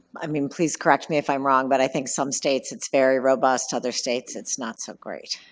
i mean, please correct me if i'm wrong, but i think some states it's very robust, other states it's not so great.